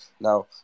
Now